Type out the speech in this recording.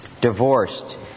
divorced